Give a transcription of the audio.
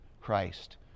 Christ